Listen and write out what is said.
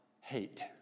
hate